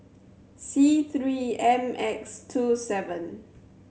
C Three M X two seven